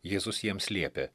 jėzus jiems liepė